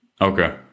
Okay